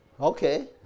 Okay